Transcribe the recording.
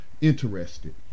interested